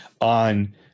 on